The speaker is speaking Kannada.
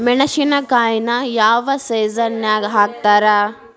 ಮೆಣಸಿನಕಾಯಿನ ಯಾವ ಸೇಸನ್ ನಾಗ್ ಹಾಕ್ತಾರ?